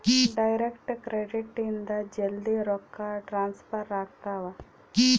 direct credit ಇಂದ ಜಲ್ದೀ ರೊಕ್ಕ ಟ್ರಾನ್ಸ್ಫರ್ ಆಗ್ತಾವ